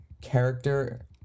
character